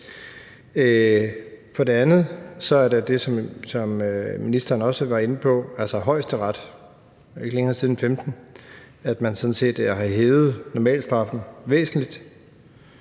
For det andet er der det, som ministeren også var inde på, med Højesteret. Det er jo ikke længere tid siden end 2015, at man hævede normalstraffen væsentligt.